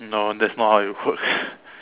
no that's not how it work